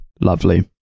Lovely